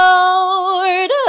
Lord